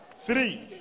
three